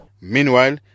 Meanwhile